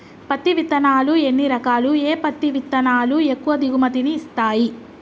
పత్తి విత్తనాలు ఎన్ని రకాలు, ఏ పత్తి విత్తనాలు ఎక్కువ దిగుమతి ని ఇస్తాయి?